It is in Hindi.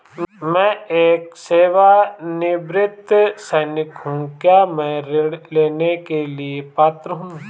मैं एक सेवानिवृत्त सैनिक हूँ क्या मैं ऋण लेने के लिए पात्र हूँ?